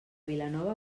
vilanova